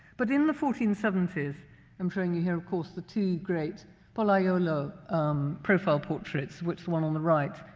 but in the fourteen seventy s i'm showing you here, of course, the two great pollaiuolo profile portraits, which, the one on the right,